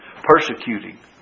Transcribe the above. persecuting